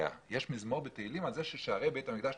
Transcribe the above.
יש מזמור בתהלים על כך ששערי בית המשפט טבעו.